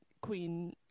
queen